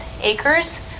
acres